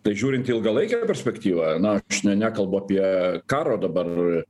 tai žiūrint į ilgalaikę perspektyvą na aš ne nekalbu apie karo dabar